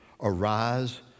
Arise